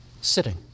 sitting